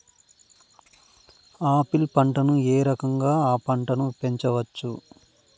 Apple పంటను ఏ రకంగా అ పంట ను పెంచవచ్చు?